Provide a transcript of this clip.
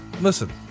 Listen